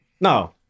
No